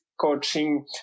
coaching